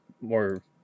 more